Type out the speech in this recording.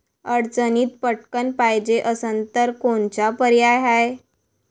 अडचणीत पटकण पायजे असन तर कोनचा पर्याय हाय?